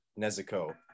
Nezuko